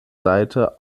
seite